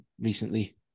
recently